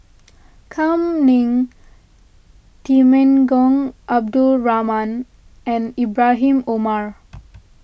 Kam Ning Temenggong Abdul Rahman and Ibrahim Omar